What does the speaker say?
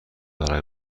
برای